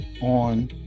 on